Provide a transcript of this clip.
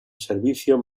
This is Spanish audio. servicio